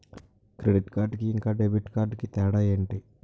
Credit card కి ఇంకా debit card కి తేడా ఏంటి?